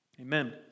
Amen